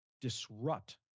disrupt